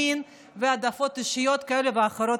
מין והעדפות אישיות כאלה ואחרות,